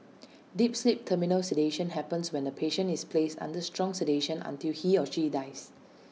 deep sleep terminal sedation happens when the patient is placed under strong sedation until he or she dies